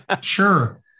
Sure